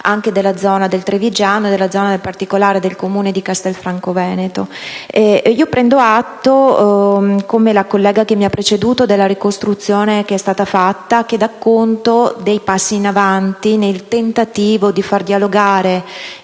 realtà della zona del trevigiano e, in particolare, del Comune di Castelfranco Veneto. Prendo atto, come la collega che mi ha preceduto, della ricostruzione che è stata fatta, la quale dà conto dei passi avanti compiuti nel tentativo di far dialogare